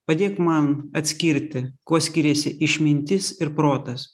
padėk man atskirti kuo skiriasi išmintis ir protas